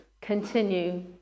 continue